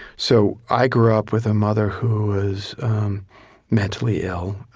so i grew up with a mother who was mentally ill